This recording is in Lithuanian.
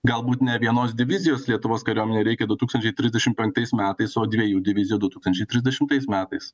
galbūt nė vienos divizijos lietuvos kariuomenei reikia du tūkstančiai trisdešimt penktais metais o dviejų divizijų du tūkstančiai trisdešimtais metais